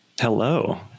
Hello